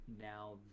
now